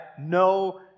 no